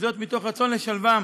וזאת מתוך רצון לשלבם